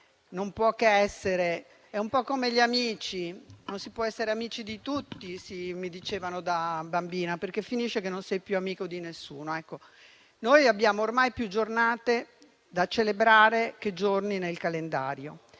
Quest'ultima è un po' come gli amici: non si può essere amici di tutti, come mi dicevano da bambina, perché finisce che non sei più amico di nessuno. Ecco, noi abbiamo ormai più giornate da celebrare che giorni nel calendario